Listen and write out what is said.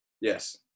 Yes